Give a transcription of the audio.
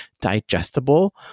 digestible